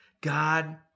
God